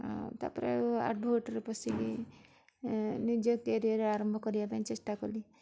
ଆଉ ତାପରେ ଆଡ଼ଭୋକେଟରେ ପଶିଲି ନିଜ କ୍ୟାରିୟର ଆରମ୍ଭ କରିବା ପାଇଁ ଚେଷ୍ଟା କଲି